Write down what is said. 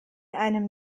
einem